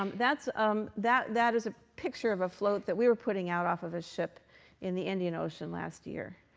um um that that is a picture of a float that we were putting out off of a ship in the indian ocean last year.